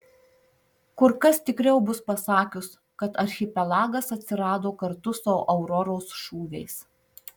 kur kas tikriau bus pasakius kad archipelagas atsirado kartu su auroros šūviais